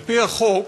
על-פי החוק,